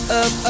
up